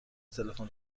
تلفن